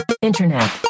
Internet